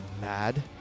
mad